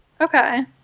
Okay